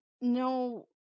no